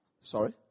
Sorry